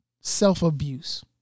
Self-abuse